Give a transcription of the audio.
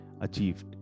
achieved